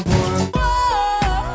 one